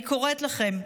אני קוראת לכם,